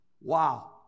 Wow